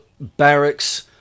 barracks